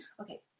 Okay